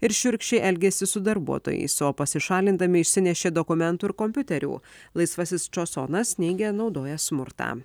ir šiurkščiai elgėsi su darbuotojais o pasišalindami išsinešė dokumentų ir kompiuterių laisvasis čosonas neigia naudojęs smurtą